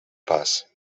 pas